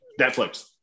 Netflix